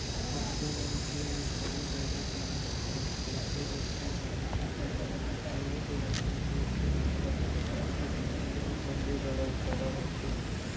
मनसे मन के एकदमे जरूरी जिनिस जइसे रद्दा बनई, पानी, बिजली, के बेवस्था के करई ह सरकार के पहिली अउ सबले बड़का कारज होथे